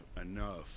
enough